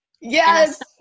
Yes